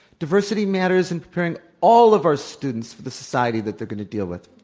diversity matters in preparing all of our students for the society that they're going to deal with.